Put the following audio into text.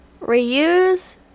reuse